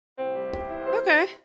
Okay